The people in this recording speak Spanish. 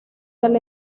del